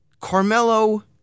Carmelo